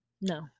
No